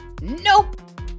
nope